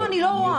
לא, אני לא רואה.